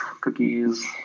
cookies